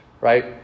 right